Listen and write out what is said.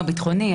מה ביטחוני,